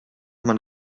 man